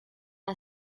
are